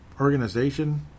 organization